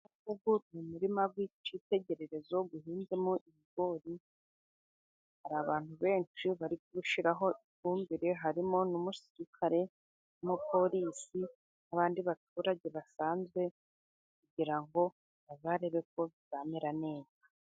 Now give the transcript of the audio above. Uyu ni umurima w'icyitegererezo uhinzemo ibigori, hari abantu benshi bari kuwushyiraho ifumbire, harimo n'umusirikare n'umupolisi n'abandi baturage basanzwe, kugira ngo bazarebe ko bizamera neza.